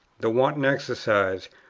the wanton exercise,